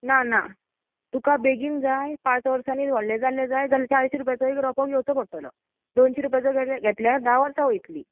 ना ना तुका बेगीन जाय पांच वर्सांनीत व्हडले जाल्ले जाय जाल चारशी रुपयाचो एक रोंपो घेवचो पडटलो दोनशी रुपयाचो घेतले घेतल्यार धा वर्सां वयत्लीं